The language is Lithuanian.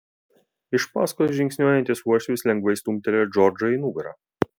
iš paskos žingsniuojantis uošvis lengvai stumtelėjo džordžą į nugarą